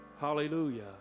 Hallelujah